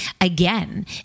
again